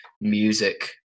music